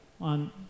on